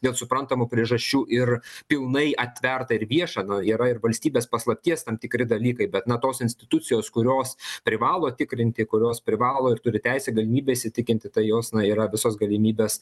dėl suprantamų priežasčių ir pilnai atverta ir vieša na yra ir valstybės paslapties tam tikri dalykai bet na tos institucijos kurios privalo tikrinti kurios privalo ir turi teisę galimybę įsitikinti tai jos na yra visos galimybės